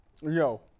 Yo